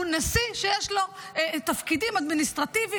הוא נשיא שיש לו תפקידים אדמיניסטרטיביים